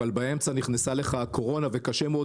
אבל באמצע הייתה הקורונה וקשה מאוד